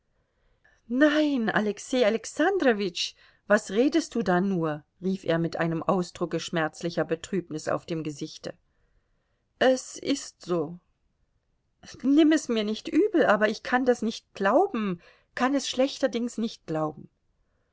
nein alexei alexandrowitsch was redest du da nur rief er mit einem ausdrucke schmerzlicher betrübnis auf dem gesichte es ist so nimm es mir nicht übel aber ich kann das nicht glauben kann es schlechterdings nicht glauben